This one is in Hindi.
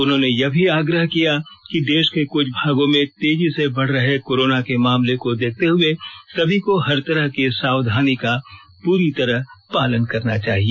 उन्होंने यह आग्रह भी किया कि देश के कुछ भागों में तेजी से बढ़ रहे कोरोना के मामले को देखते हुए सभी को हर तरह की सावधानी का पूरी तरह पालन करना चाहिए